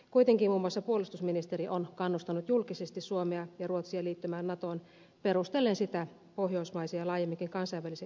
kuitenkin muun muassa puolustusministeri on kannustanut julkisesti suomea ja ruotsia liittymään natoon perustellen sitä pohjoismaisen ja laajemminkin kansainvälisen yhteistyön edistämisellä